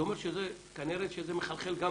זה אומר שכנראה שזה מחלחל גם